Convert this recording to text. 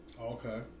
Okay